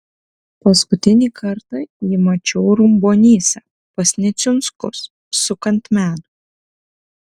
paskutinį kartą jį mačiau rumbonyse pas neciunskus sukant medų